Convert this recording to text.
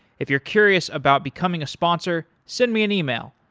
if you're curious about becoming a sponsor, send me an email,